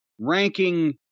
ranking